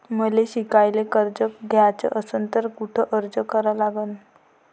मले शिकायले कर्ज घ्याच असन तर कुठ अर्ज करा लागन?